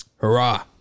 Hurrah